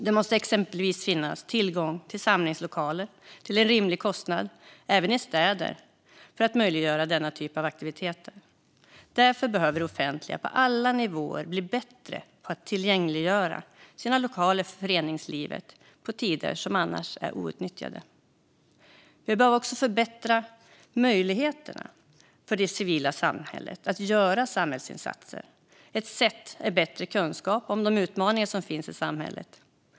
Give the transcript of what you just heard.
Det måste exempelvis finnas tillgång till samlingslokaler till en rimlig kostnad, även i städer, för att möjliggöra denna typ av aktiviteter. Därför behöver det offentliga på alla nivåer bli bättre på att tillgängliggöra sina lokaler för föreningslivet på tider som annars är outnyttjade. Vi behöver också förbättra möjligheterna för det civila samhället att göra samhällsinsatser. Ett sätt att göra detta är att skaffa bättre kunskap om de utmaningar som finns i samhället.